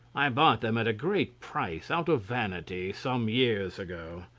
i bought them at a great price, out of vanity, some years ago.